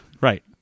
Right